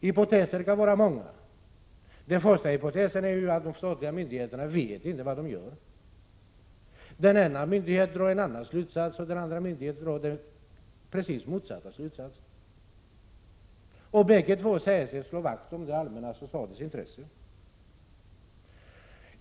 Hypoteserna kan vara många. Den första hypotesen är att myndigheterna inte vet vad de gör. Den ena myndigheten drar en slutsats och den andra den precis motsatta, och bägge säger sig slå vakt om det allmännas och statens intresse.